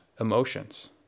emotions